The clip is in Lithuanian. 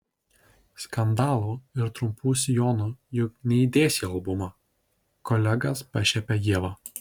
skandalų ir trumpų sijonų juk neįdėsi į albumą kolegas pašiepia ieva